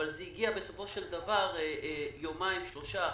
אבל זה הגיע יומיים-שלושה אחרי.